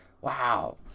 Wow